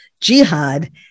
jihad